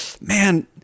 Man